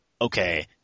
okay